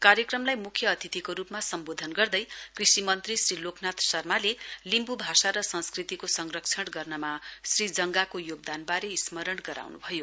कार्यक्रमलाई म्ख्य अतिथिको रूपमा सम्बोदन गर्दै कृषि मन्त्री श्री लोकनाथ शर्माले लिम्ब् भाषा र संस्कृतिको संरक्षण गर्नमा श्रीजंगाको योगदानबारे स्मरण गराउन्भयो